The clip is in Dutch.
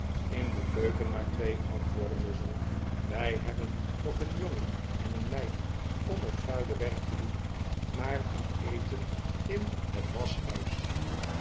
in de keuken maar twee antwoordde muzzle wij hebben nog een jongen en een meid om het vuile werk te doen maar die eten in het